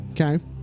Okay